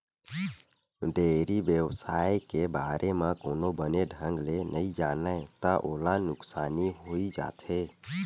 dairy बेवसाय के बारे म कोनो बने ढंग ले नइ जानय त ओला नुकसानी होइ जाथे